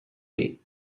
pay